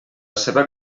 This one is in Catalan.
seva